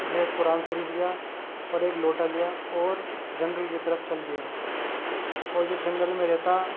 جو ایک قرآن شریف لیا اور ایک لوٹا لیا اور جنگل کی طرف چل دیا اور جب جنگل میں رہتا